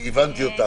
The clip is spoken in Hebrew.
הבנתי אותך.